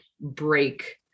break